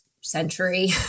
century